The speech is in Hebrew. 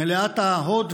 מלאת ההוד והקדושה,